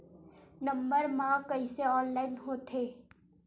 Number मा कइसे online होथे?